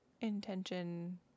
intention